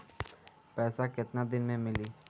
पैसा केतना दिन में मिली?